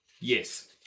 yes